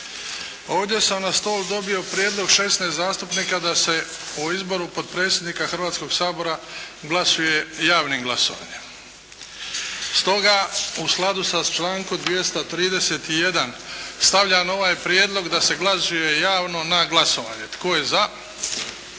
Ovdje sam na stol dobio prijedlog šesnaest zastupnika da se o izboru potpredsjednika Hrvatskoga sabora glasuje javnim glasovanjem. Stoga u skladu sa člankom 231. stavljam ovaj prijedlog da se glasuje javno na glasovanje. Tko je za?